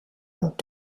und